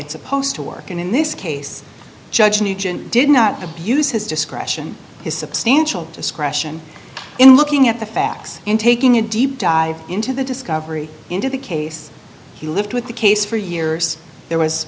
it's supposed to work and in this case judge nugent did not abuse his discretion his substantial discretion in looking at the facts and taking a deep dive into the discovery into the case he lived with the case for years there was